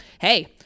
Hey